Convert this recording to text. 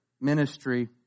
ministry